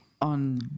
On